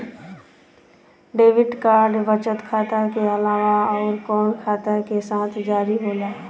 Debit card बचत खाता के अलावा अउरकवन खाता के साथ जारी होला?